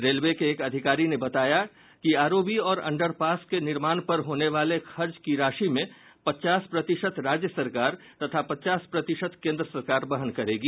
railway के एक अधिकारी ने बताया कि आरओबी और अंडरपास के निर्माण पर होने वाले खर्च की राशि में पचास प्रतिशत राज्य सरकार तथा पचास प्रतिशत केन्द्र सरकार वहन करेंगी